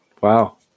wow